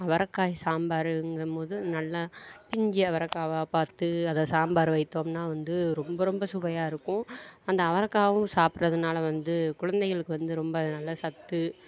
அவரைக்காய் சாம்பாருங்கம்போது நல்லா பிஞ்சு அவரைக்காவா பார்த்து அதை சாம்பார் வைத்தோம்னா வந்து ரொம்ப ரொம்ப சுவையாக இருக்கும் அந்த அவரைக்காவும் சாப்பிடுறதுனால வந்து குழந்தைகளுக்கு வந்து ரொம்ப அது நல்ல சத்து